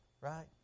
right